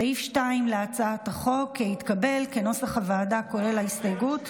סעיף 2 להצעת החוק, כנוסח הוועדה כולל ההסתייגות,